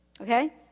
Okay